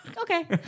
Okay